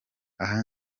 aho